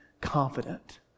confident